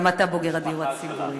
גם אתה בוגר הדיור הציבורי.